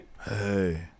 Hey